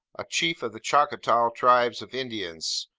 a chief of the choctaw tribe of indians,